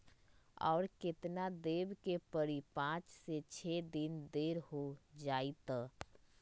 और केतना देब के परी पाँच से छे दिन देर हो जाई त?